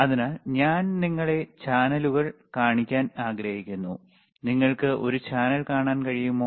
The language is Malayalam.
അതിനാൽ ഞാൻ നിങ്ങളെ ചാനലുകൾ കാണിക്കാൻ ആഗ്രഹിക്കുന്നു നിങ്ങൾക്ക് ഒരു ചാനൽ കാണാൻ കഴിയുമോ